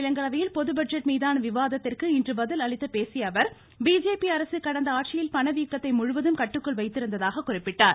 மாநிலங்களவையில் பொது பட்ஜெட் மீதான விவாதத்திற்கு இன்று பதில் அளித்து பேசிய அவர் பிஜேபி அரசு கடந்த ஆட்சியில் பணவீக்கத்தை முழுவதும் கட்டுக்குள் வைத்திருந்ததாக குறிப்பிட்டார்